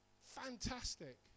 Fantastic